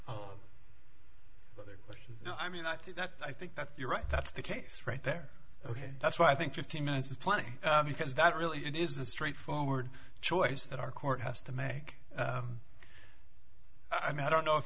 oh no i mean i think that i think that you're right that's the case right there ok that's why i think fifteen minutes is plenty because that really it is a straightforward choice that our court has to make i mean i don't know if